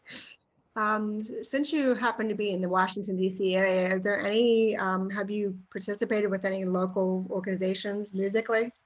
um since you happen to be in the washington, d c. area, is there any have you participated with any local organizations musically?